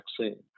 vaccine